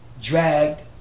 dragged